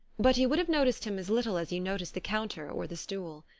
but you would have noticed him as little as you noticed the counter or the stool.